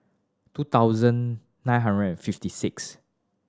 two thousand nine hundred and fifty six